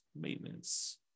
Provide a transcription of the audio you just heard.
maintenance